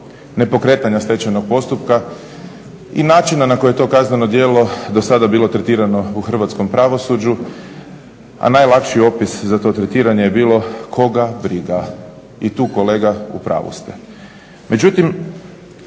nepokretanja stečajnog postupka i načina na koji je to kazneno djelo dosada bilo tretirano u hrvatskom pravosuđu, a najlakši opis za to tretiranje je bilo koga briga. I tu kolega u pravu ste.